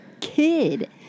kid